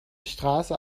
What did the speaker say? straße